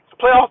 playoff